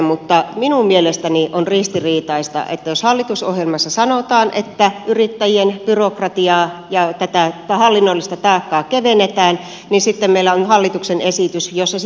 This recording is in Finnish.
mutta minun mielestäni on ristiriitaista jos hallitusohjelmassa sanotaan että yrittäjien byrokratiaa ja tätä hallinnollista taakkaa kevennetään ja sitten meillä on hallituksen esitys jossa niitä lisätään